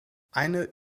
eine